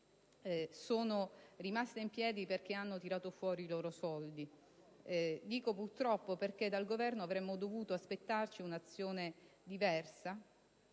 sono rimaste in piedi perché hanno tirato fuori i loro soldi: dico purtroppo, perché dal Governo avremmo dovuto aspettarci un'azione diversa.